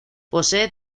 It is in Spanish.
posee